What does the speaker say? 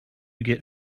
get